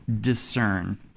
discern